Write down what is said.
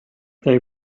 they